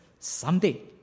Someday